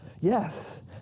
Yes